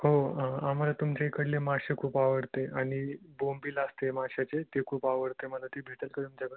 हो आम्हाला तुमच्या इकडले मासे खूप आवडते आणि बोंबील असते माशाचे ते खूप आवडते मला ते भेटेल का तुमच्याकडं